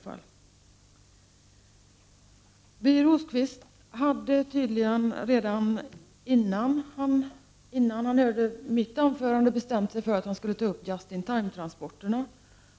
Birger Rosqvist hade tydligen redan före mitt anförande bestämt sig för att ta upp ”just in time”-transporterna.